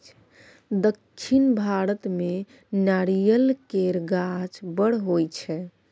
दक्खिन भारत मे नारियल केर गाछ बड़ होई छै